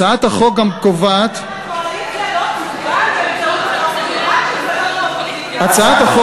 הצעת החוק גם קובעת, רק המפלגה מהקואליציה